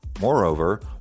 Moreover